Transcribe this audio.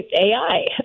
AI